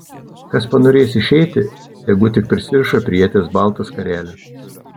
kas panorės išeiti tegu tik prisiriša prie ieties baltą skarelę